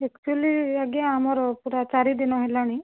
actually ଆଜ୍ଞା ଆମର ପୂରା ଚାରିଦିନ ହେଲାଣି